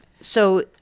So-